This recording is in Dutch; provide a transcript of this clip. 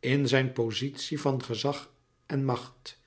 in zijn pozitie van gezag en macht